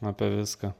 apie viską